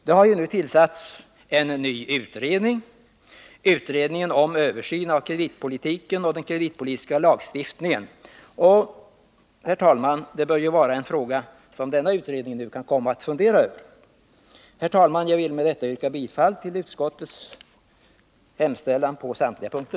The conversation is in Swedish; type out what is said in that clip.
Det har nu tillsatts en ny utredning, utredningen om översyn av kreditpolitiken och den kreditpolitiska lagstiftningen. Det här bör vara en fråga för denna utredning att fundera över. Herr talman! Jag vill med detta yrka bifall till utskottets hemställan på samtliga punkter.